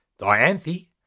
Dianthe